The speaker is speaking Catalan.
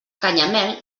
canyamel